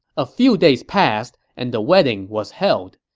a few days passed, and the wedding was held.